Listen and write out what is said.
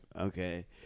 Okay